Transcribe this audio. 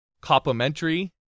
Complementary